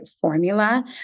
formula